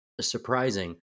surprising